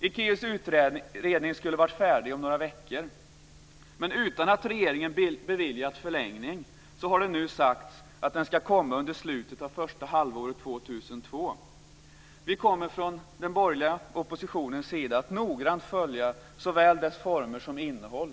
Ekéus utredning skulle ha varit färdig om några veckor, men utan att regeringen beviljat förlängning har det nu sagts att den ska komma i slutet av första halvåret 2002. Från den borgerliga oppositionens sida kommer vi att noga följa såväl dess former som dess innehåll.